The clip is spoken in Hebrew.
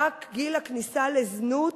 שבה גיל הכניסה לזנות